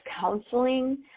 counseling